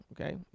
okay